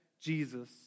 Jesus